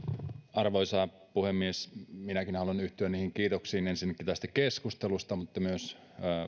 arvoisa puhemies minäkin haluan yhtyä kiitoksiin ensinnäkin tästä keskustelusta mutta myös